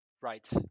right